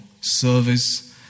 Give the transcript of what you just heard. service